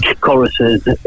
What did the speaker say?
choruses